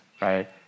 right